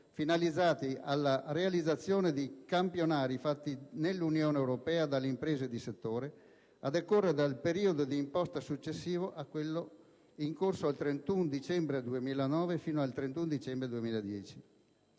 finalizzati alla realizzazione di campionari fatti nell'Unione europea dalle imprese di settore, a decorrere dal periodo di imposta successivo a quello in corso al 31 dicembre 2009 fino al 31 dicembre 2010.